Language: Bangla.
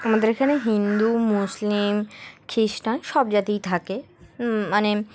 আমাদের এখানে হিন্দু মুসলিম খ্রিস্টান সব জাতিই থাকে মানে